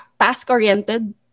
task-oriented